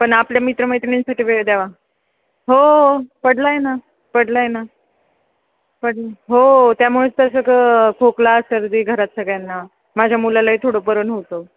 पण आपल्या मित्र मैत्रिणींसाठी वेळ द्यावा हो पडला आहे ना पडला आहे ना पड हो त्यामुळेच तर सगळं खोकला सर्दी घरात सगळ्यांना माझ्या मुलालाही थोडं बरं नव्हतं